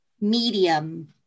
medium